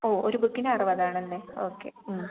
ഓ ഒരു ബുക്കിന് അറുപതാണല്ലേ ഓക്കെ